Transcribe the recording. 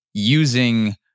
using